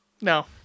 No